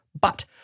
But-